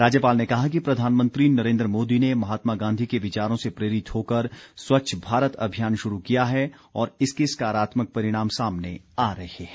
राज्यपाल ने कहा कि प्रधानमंत्री नरेन्द्र मोदी ने महात्मा गांधी के विचारों से प्रेरित होकर स्वच्छ भारत अभियान शुरू किया है और इसके सकारात्मक परिणाम सामने आ रहे हैं